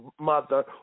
mother